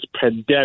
pandemic